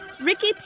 Ricky